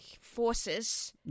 Forces